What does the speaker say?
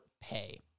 pay